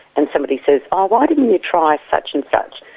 and somebody says, oh, why didn't you try such and such?